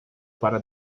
para